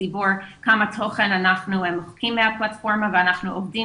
לציבור כמה תוכן אנחנו מוחקים מהפלטפורמה ואנחנו עובדים